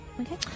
Okay